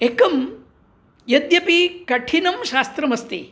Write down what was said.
एकं यद्यपि कठिनं शास्त्रमस्ति